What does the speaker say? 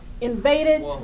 invaded